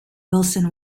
wilson